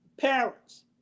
parents